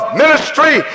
ministry